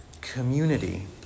community